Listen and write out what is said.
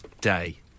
Day